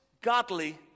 godly